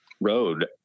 road